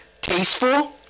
tasteful